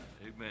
Amen